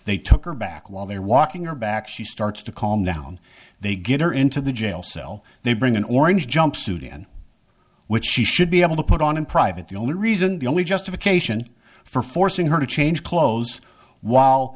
they took her back while they're walking or back she starts to calm down they get her into the jail cell they bring an orange jumpsuit in which she should be able to put on in private the only reason the only justification for forcing her to change clothes while